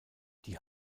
die